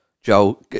Joe